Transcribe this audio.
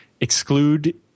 exclude